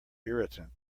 irritant